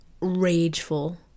rageful